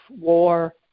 war